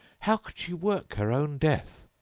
how could she work her own death,